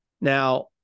now